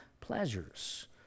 pleasures